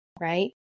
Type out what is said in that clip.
right